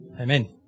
Amen